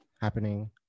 happening